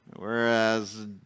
Whereas